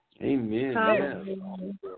Amen